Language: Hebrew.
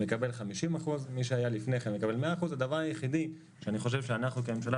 מקבל 50%. מי שהיה לפני כן מקבל 100%. הדבר היחידי שאני חושב שאנחנו כממשלה,